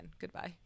Goodbye